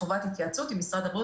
חברת הכנסת היבה